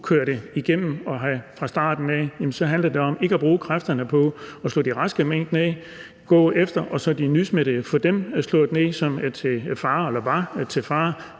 køre det igennem fra starten af, så handler det om ikke at bruge kræfterne på at slå de raske mink ned, gå efter de nysmittede og så få dem slået ned, som er eller var til fare,